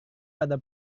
pada